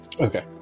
Okay